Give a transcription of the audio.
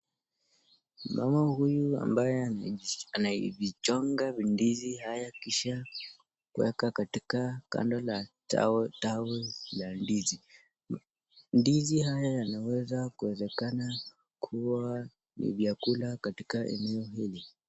Mama huyu ambaye anavichonga vindizi haya kisha kuweka katika kando la tawi la ndizi. Ndizi haya yanaweza kuwezekana kuwa ni vyakula katika eneo hili.